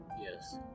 Yes